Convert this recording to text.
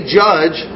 judge